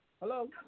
Hello